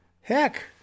Heck